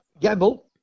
Gamble